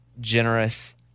generous